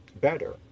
Better